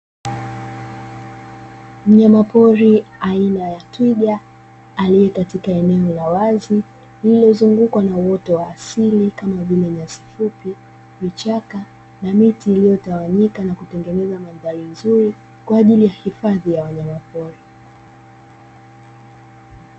Mnyamapori aina ya twiga aliyekatika eneo la wazi lililozungukwa na uoto wa asili kama vile; nyasi fupi, vichaka na miti iliyotawanyika na kutengeneza mandhari nzuri kwa ajili ya hifadhi ya wanyamapori.